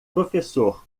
professor